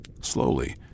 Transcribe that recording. Slowly